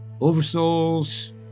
oversouls